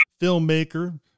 filmmaker